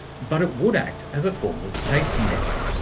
but it would act as a form of safety net.